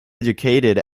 educated